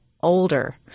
older